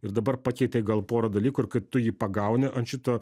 ir dabar pakeitė gal porą dalykų ir kai tu jį pagauni ant šito